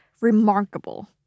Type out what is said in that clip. remarkable